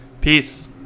Peace